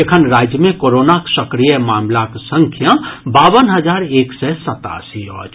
एखन राज्य मे कोरोनाक सक्रिय मामिलाक संख्या बावन हजार एक सय सतासी अछि